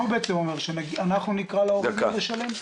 מה הוא בעצם אומר, שאנחנו נקרא להורים לשלם?